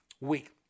week